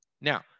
Now